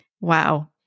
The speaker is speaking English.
wow